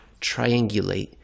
triangulate